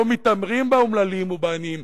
שלא מתעמרים בה באומללים ובעניים,